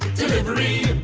delivery,